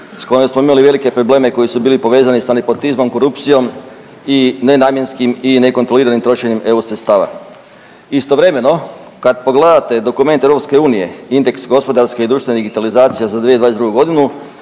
s kojim smo imali velike probleme koji su bili povezali sa nepotizmom, korupcijom i nenamjenskim i nekontroliranim trošenjem EU sredstva. Istovremeno, kad pogledate dokument EU, Indeks gospodarske i društvene digitalizacije za 2022. g.,